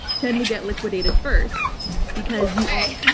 tend to get liquidated first because you. hey,